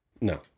no